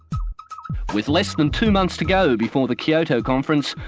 with less than two months to go before the kyoto conference,